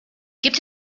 gibt